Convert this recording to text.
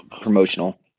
promotional